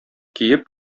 киеп